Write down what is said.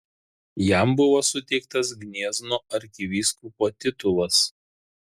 jam buvo suteiktas gniezno arkivyskupo titulas